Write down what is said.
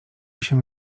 się